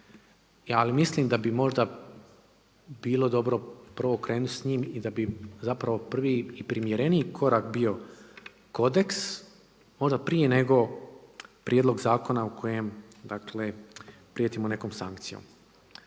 Ali mislim da bi možda bilo dobro prvo krenuti s njim i da bi zapravo prvi i primjereniji korak bio kodeks onda prije nego prijedlog zakona o kojem dakle prijetimo nekom sankcijom.